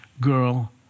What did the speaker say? girl